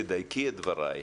תדייקי את דברייך.